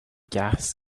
gas